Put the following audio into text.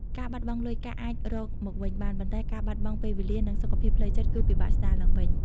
ការបាត់បង់លុយកាក់អាចរកមកវិញបាន ប៉ុន្តែការបាត់បង់ពេលវេលា និងសុខភាពផ្លូវចិត្តគឺពិបាកស្តារឡើងវិញ។